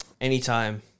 Anytime